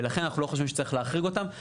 ולכן אנחנו לא חושבים שצריך להחריג אותם,